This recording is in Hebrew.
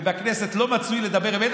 ובכנסת לא מצוי לדבר אמת,